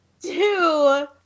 two